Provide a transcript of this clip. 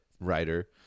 writer